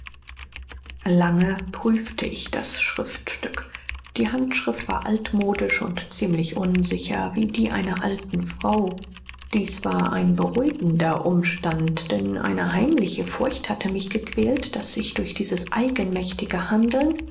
lange prüfte ich das schriftstück die handschrift war altmodisch und ziemlich unsicher wie die einer alten frau dies war ein beruhigender umstand denn eine heimliche furcht hatte mich gequält daß ich durch dieses eigenmächtige handeln